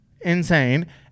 insane